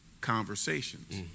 conversations